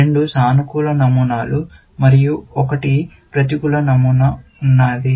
రెండు సానుకూల నమూనాలు మరియు ఒక ప్రతికూల నమూనా ఉన్నాది